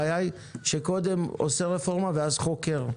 המשרד הראשון בחיי שקודם עושה רפורמה ואז חוקר.